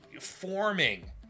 forming